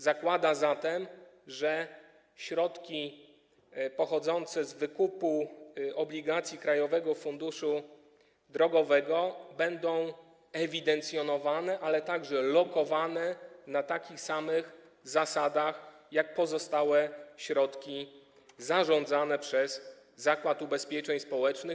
Zakłada zatem, że środki pochodzące z wykupu obligacji Krajowego Funduszu Drogowego będą ewidencjonowane, a także lokowane na takich samych zasadach jak pozostałe środki zarządzane przez Zakład Ubezpieczeń Społecznych.